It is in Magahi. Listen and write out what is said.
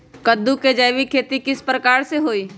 कददु के जैविक खेती किस प्रकार से होई?